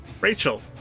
Rachel